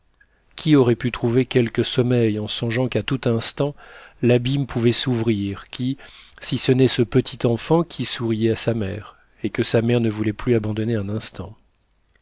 qui aurait pu trouver quelque sommeil en songeant qu'à tout instant l'abîme pouvait s'ouvrir qui si ce n'est ce petit enfant qui souriait à sa mère et que sa mère ne voulait plus abandonner un instant